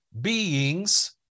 beings